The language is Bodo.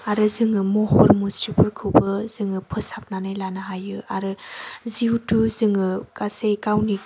आरो जोङो महर मुस्रिफोरखौबो जोङो फोसाबनानै लानो हायो आरो जिहेथु जोङो गासै गावनि